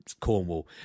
Cornwall